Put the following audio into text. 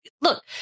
look